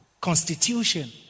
constitution